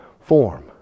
form